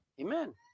Amen